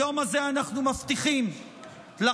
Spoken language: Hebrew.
היום הזה אנחנו מבטיחים לכם,